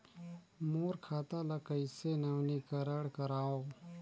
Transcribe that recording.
मोर खाता ल कइसे नवीनीकरण कराओ?